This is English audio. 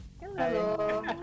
Hello